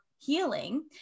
Healing